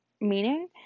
meaning